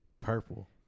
Purple